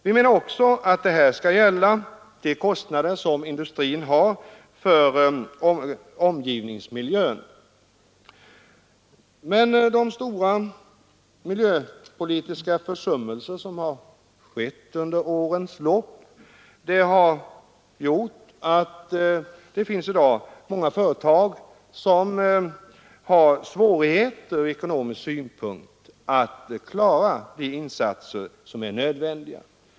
Vi menar också att det skall gälla de kostnader som industrin har för omgivningsmiljön. Men de stora miljöpolitiska försummelserna under årens lopp har gjort att mångå företag i dag har svårigheter ur ekonomisk synpunkt att klara de insatser som är nödvändiga.